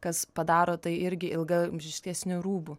kas padaro tai irgi ilgaamžiškesniu rūbu